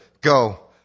go